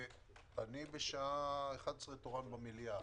בשעה 11:00 אני תורן במליאה.